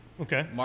Okay